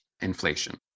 inflation